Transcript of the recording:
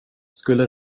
skulle